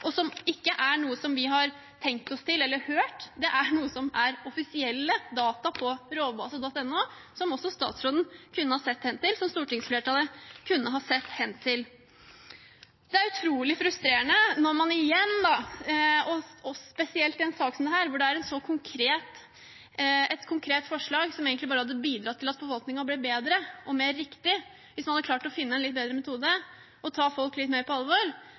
og som ikke er noe som vi har tenkt oss til, eller hørt. Dette er offisielle data som ligger på rovbase.no, som også statsråden kunne ha sett hen til, og som stortingsflertallet kunne ha sett hen til. Det er utrolig frustrerende når man igjen – og spesielt i en sak som denne, hvor det er et konkret forslag, som egentlig bare hadde bidratt til at forvaltningen hadde blitt bedre og mer riktig hvis man hadde klart å finne en litt bedre metode, og ta folk litt mer på alvor,